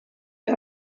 der